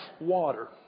water